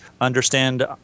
understand